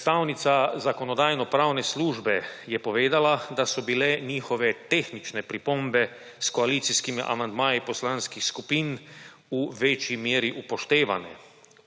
Predstavnica Zakonodajno-pravne službe je povedala, da so bile njihove tehnične pripombe s koalicijskimi amandmaji poslanskih skupin v večji meri upoštevane.